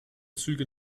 züge